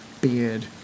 beard